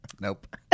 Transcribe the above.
nope